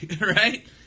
Right